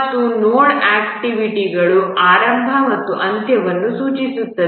ಮತ್ತು ನೋಡ್ಗಳು ಆಕ್ಟಿವಿಟಿಗಳ ಆರಂಭ ಮತ್ತು ಅಂತ್ಯವನ್ನು ಸೂಚಿಸುತ್ತವೆ